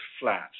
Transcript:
flat